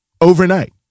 overnight